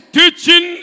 teaching